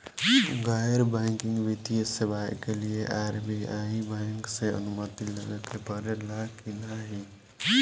गैर बैंकिंग वित्तीय सेवाएं के लिए आर.बी.आई बैंक से अनुमती लेवे के पड़े ला की नाहीं?